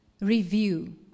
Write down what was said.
review